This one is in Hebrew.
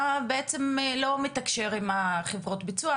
אתה לא מתקשר עם חברות הביצוע,